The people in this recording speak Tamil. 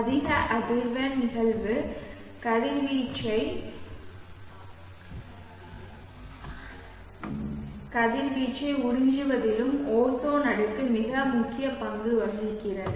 அதிக அதிர்வெண் நிகழ்வு கதிர்வீச்சை உறிஞ்சுவதில் ஓசோன் அடுக்கு மிக முக்கிய பங்கு வகிக்கிறது